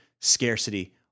scarcity